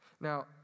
Now